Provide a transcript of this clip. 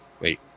wait